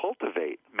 cultivate